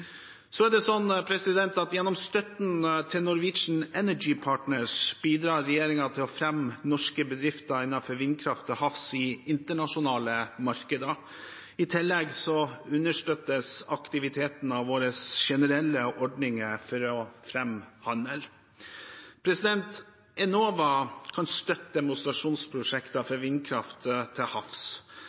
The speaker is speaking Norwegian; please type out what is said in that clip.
Gjennom støtten til Norwegian Energy Partners, NORWEP, bidrar regjeringen til å fremme norske bedrifter innen vindkraft til havs i internasjonale markeder. I tillegg understøttes aktiviteten av våre generelle ordninger for å fremme handel. Enova kan støtte demonstrasjonsprosjekter for vindkraft til havs.